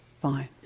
fine